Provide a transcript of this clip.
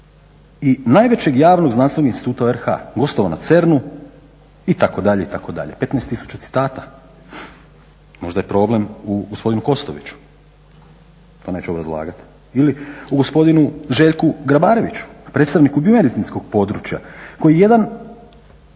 i najvećeg javnog znanstvenog instituta u RG, gostovao na CERN-u itd. 15 tisuća citata. Možda je problem u gospodinu KOstoviću, to neću obrazlagati ili u gospodinu Željku Grabareviću predstavniku biomedicinskog područja koji je jedan